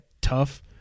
tough